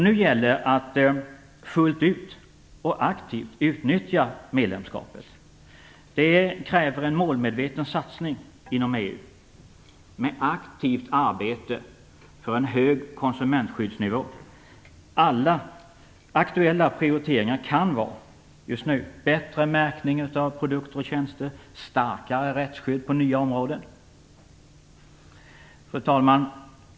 Nu gäller det att fullt ut och aktivt utnyttja medlemskapet. Det kräver en målmedveten satsning inom EU med aktivt arbete för en hög konsumentskyddsnivå. Aktuella prioriteringar kan vara bättre märkning av produkter och tjänster och starkare rättsskydd på nya områden. Fru talman!